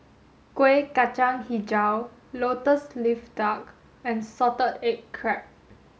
Kueh Kacang Hijau Lotus Leaf Duck and salted egg crab